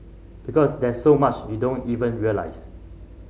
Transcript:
because there's so much you don't even realise